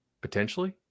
potentially